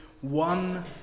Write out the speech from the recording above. one